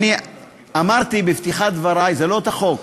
אני אמרתי בפתיחת דברי: זה לא החוק,